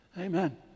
Amen